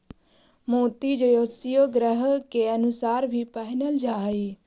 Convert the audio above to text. मोती ज्योतिषीय ग्रहों के अनुसार भी पहिनल जा हई